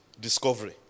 discovery